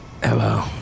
Hello